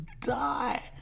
die